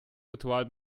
ritual